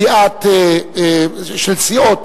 סיעות